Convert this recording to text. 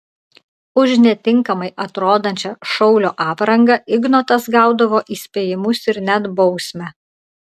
už netinkamai atrodančią šaulio aprangą ignotas gaudavo įspėjimus ir net bausmę